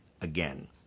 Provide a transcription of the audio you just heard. again